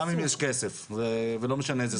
גם אם יש כסף ולא משנה איזה סכום.